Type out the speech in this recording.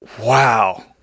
wow